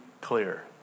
clear